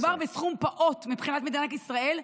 מדובר בסכום פעוט מבחינת מדינת ישראל,